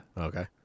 okay